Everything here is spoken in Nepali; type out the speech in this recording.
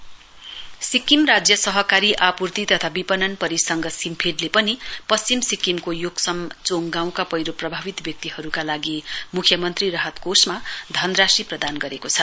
सिमफेड सिक्किम राज्य सरकारी आपुर्ति तथा विपणन परिसंघ सिमफेडले पनि पश्चिम सिक्किमको योक्सम चोङ गाउँका पैह्रो प्रभावित व्यक्तिहरूका लागि मुख्यमन्त्री राहत कोषमा धनराशि प्रदान गरेको छ